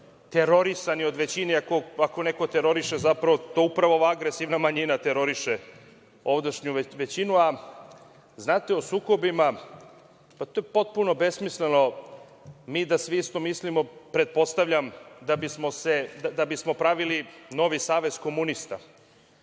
terorisani od većine. Ako neko teroriše, zapravo, to upravo ova agresivna manjina teroriše ovdašnju većinu. Znate, o sukobima, pa to je potpuno besmisleno: Mi da svi isto mislimo, pretpostavljam da bi smo pravili novi savez komunista.